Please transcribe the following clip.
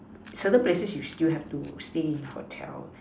certain places you still have to stay in a hotel